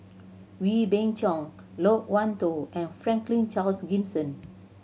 Wee Beng Chong Loke Wan Tho and Franklin Charles Gimson